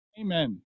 Amen